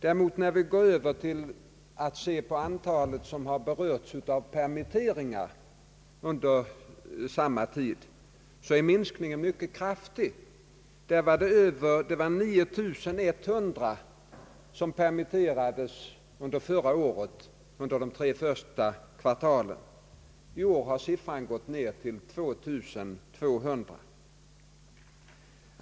Om vi däremot övergår till att granska hur många som berörts av permitteringar under samma tid så märker vi att minskningen är mycket kraftig. 9100 personer permitterades förra året under de tre första kvartalen. I år har siffran gått ned till 2 200.